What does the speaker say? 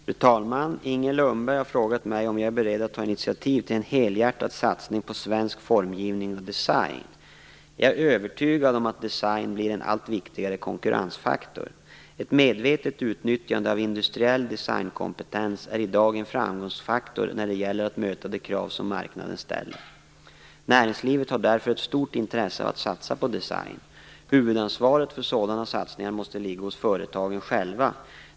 Fru talman! Inger Lundberg har frågat mig om jag är beredd att ta initiativ till en helhjärtad satsning på svensk formgivning och design. Jag är övertygad om att design blir en allt viktigare konkurrensfaktor. Ett medvetet utnyttjande av industriell designkompetens är i dag en framgångsfaktor när det gäller att möta de krav som marknaden ställer. Näringslivet har därför ett stort intresse av att satsa på design. Huvudansvaret för sådana satsningar måste ligga hos företagen själva.